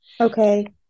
okay